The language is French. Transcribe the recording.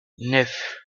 neuf